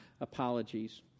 apologies